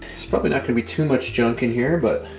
it's probably not gonna be too much junk in here but,